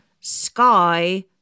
sky